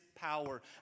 Power